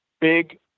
big